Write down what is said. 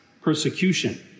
Persecution